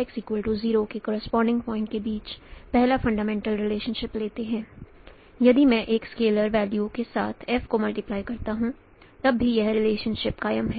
x 0 के corresponding points के बीच पहला फंडामेंटल रिलेशनशिप लेते हैं यदि मैं एक स्केलर वल्यू के साथ F को मल्टीप्लाई करता हूं तब भी यह रिलेशनशिप कायम है